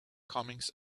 comings